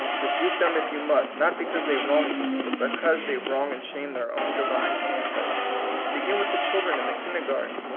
rebuke them if you must, not because they wrong you, but because they wrong and shame their own divine manhood begin with the children in the kindergarten,